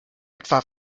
etwa